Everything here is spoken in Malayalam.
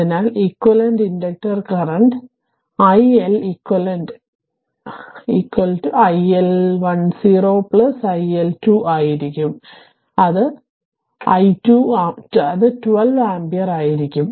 അതിനാൽ ഇക്വിവാലെന്റ് ഇൻഡക്റ്റർ കറന്റ് iLeq എന്നാൽ iL10 iL2 ആയിരിക്കും അത് 12 ആമ്പിയർ ആയിരിക്കും